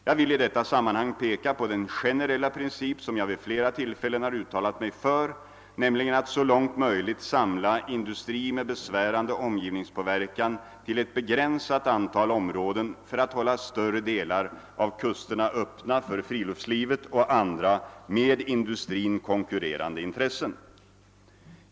Jag vill i detta sammanhang peka på den generella princip som jag vid flera tillfällen har uttalat mig för, nämligen att så långt möjligt samla industri med besvärande omgivningspåverkan till ett begränsat antal områden för att hålla större delar av kusterna öppna för friluftslivet och andra med industrin konkurrerande intressen.